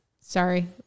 Sorry